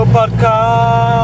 Podcast